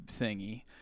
thingy